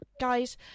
guys